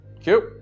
cute